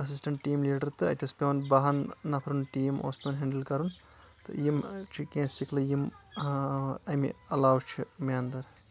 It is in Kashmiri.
اسِسٹنٹ ٹیٖم لیٖڈر تہٕ اَتہِ اوس پؠوان بہن نفرن ٹیٖم اوس پؠوان ہؠنٛڈل کرُن تہٕ یِم چھِ کینٛہہ سِکلہٕ یِم اَمہِ علاوٕ چھِ مےٚ اندر